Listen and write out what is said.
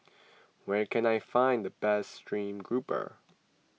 where can I find the best Stream Grouper